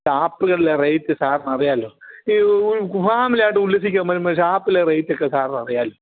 ഷാപ്പുകളിലെ rate സാറിന് അറിയാലോ ഈ ഫാമിലിയായിട്ട് ഉല്ലസിക്കാൻ വരുമ്പോൾ ഈ ഷാപ്പിലെ റേറ്റ് ഒക്കെ സാറിന് അറിയാലോ